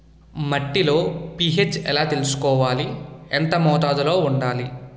మట్టిలో పీ.హెచ్ ఎలా తెలుసుకోవాలి? ఎంత మోతాదులో వుండాలి?